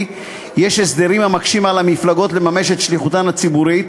יש הסדרים המקשים על המפלגות לממש את שליחותן הציבורית,